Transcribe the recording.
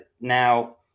Now